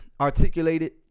articulated